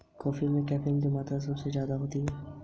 विपणन से क्या तात्पर्य है?